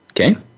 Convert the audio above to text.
Okay